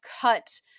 cut